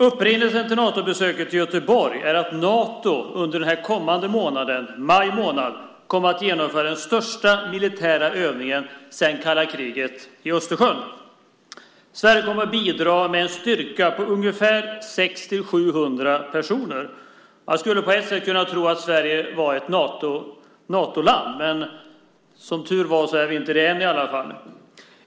Upprinnelsen till Natobesöket i Göteborg är att Nato under maj månad kommer att genomföra den största militära övningen i Östersjön sedan kalla kriget. Sverige kommer att bidra med en styrka på 600-700 personer. Man skulle kunna tro att Sverige är ett Natoland, men vi är inte det än - som tur är.